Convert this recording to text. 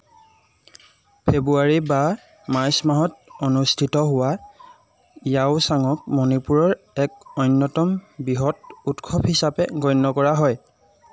ফেব্ৰুৱাৰী বা মাৰ্চ মাহত অনুষ্ঠিত হোৱা ইয়াওছাঙক মণিপুৰৰ এক অন্যতম বৃহৎ উৎসৱ হিচাপে গণ্য কৰা হয়